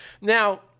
Now